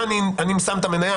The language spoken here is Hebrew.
אני שם את המניה,